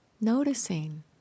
Noticing